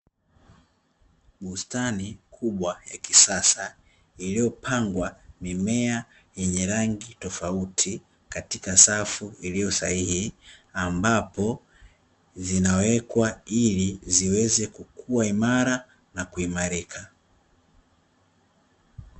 Bustani kubwa ya kisasa iliyopangwa mimea yenye rangi tofauti katika safu iliyo sahihi, ambapo zinawekwa ili ziweze kukua imara na kuimarika.